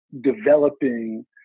developing